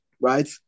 right